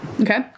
Okay